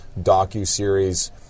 docu-series